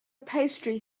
pastry